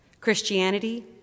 Christianity